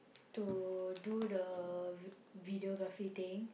to do the vi~ videography thing